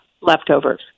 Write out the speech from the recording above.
leftovers